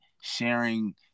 sharing